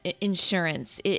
insurance